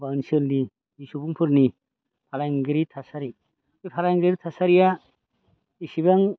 बा ओनसोलनि सुबुंफोरनि फालांगिरि थासारि बे फालांगियारि थासारिया एसेबां